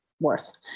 worth